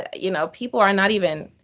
ah you know people are not even